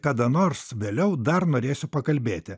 kada nors vėliau dar norėsiu pakalbėti